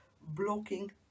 blocking